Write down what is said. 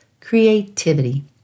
creativity